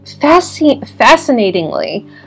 fascinatingly